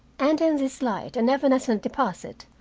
and in this light and evanescent deposit,